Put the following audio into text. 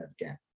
again